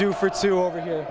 do for two over here